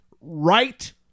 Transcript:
right